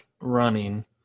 running